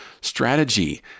Strategy